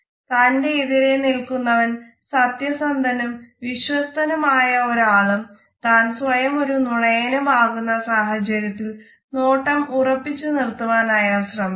തന്റെ എതിരെ നിൽക്കുന്നവൻ സത്യസന്ധനും വിശ്വസ്തനും ആയ ഒരാളും താൻ സ്വയം ഒരു നുണയനും ആകുന്ന സാഹചര്യത്തിൽ നോട്ടം ഉറപ്പിച്ച് നിർത്തുവാൻ അയാൾ ശ്രമിക്കുന്നു